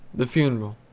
the funeral.